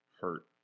hurt